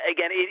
Again